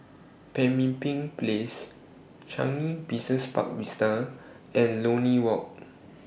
Pemimpin Place Changi Business Park Vista and Lornie Walk